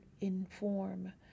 inform